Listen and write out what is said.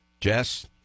jess